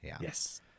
Yes